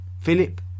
Philip